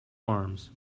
arms